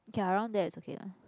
okay ah around there is okay lah